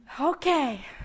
Okay